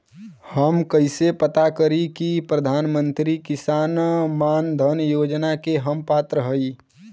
हम कइसे पता करी कि प्रधान मंत्री किसान मानधन योजना के हम पात्र हई?